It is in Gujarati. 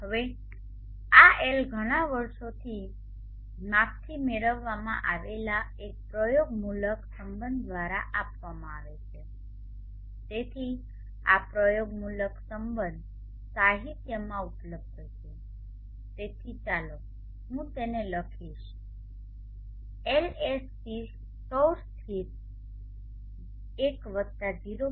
હવે આ L ઘણા વર્ષોથી માપથી મેળવવામાં આવેલા એક પ્રયોગમૂલક સંબંધ દ્વારા આપવામાં આવે છે તેથી આ પ્રયોગમૂલક સંબંધ સાહિત્યમાં ઉપલબ્ધ છે તેથી ચાલો હું તેને લખીશ LSC સૌર સ્થિર 1 વત્તા 0